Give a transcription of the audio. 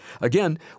Again